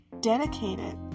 dedicated